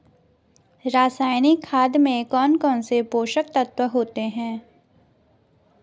रासायनिक खाद में कौन कौन से पोषक तत्व होते हैं?